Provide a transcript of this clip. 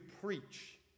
preach